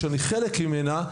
שאני חלק ממנה,